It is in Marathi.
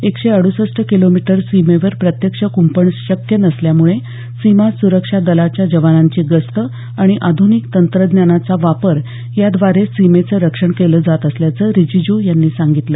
एकशे अड्सष्ट किलोमीटर सीमेवर प्रत्यक्ष कुंपण शक्य नसल्यामुळे सीमासुरक्षा दलाच्या जवानांची गस्त आणि आध्निक तंत्रज्ञानाचा वापर याद्वारे सीमेचं रक्षण केलं जात असल्याचं रिजिजू यांनी सांगितलं